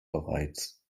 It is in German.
bereits